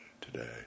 today